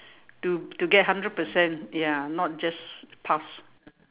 to to get hundred percent ya not just pass